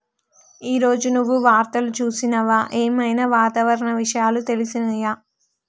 ఈ రోజు నువ్వు వార్తలు చూసినవా? ఏం ఐనా వాతావరణ విషయాలు తెలిసినయా?